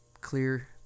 clear